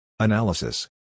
Analysis